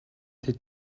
тэд